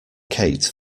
kate